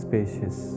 spacious